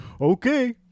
Okay